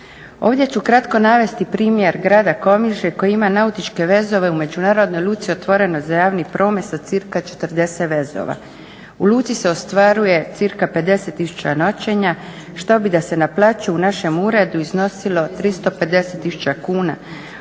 Ovdje ću kratko navesti primjer grada Komiže koji ima nautičke vezove u međunarodnoj luci otvoreno za javni promet sa cca 40 vezova. U luci se ostvaruje cca 50 000 noćenja što bi da se naplaćuje u našem uredu iznosilo 350 000 kuna,